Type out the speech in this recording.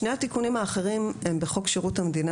שני התיקונים האחרים הם בחוק שירות המדינה